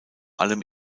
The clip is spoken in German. allem